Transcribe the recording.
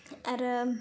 आरो